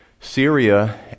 Syria